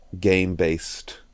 game-based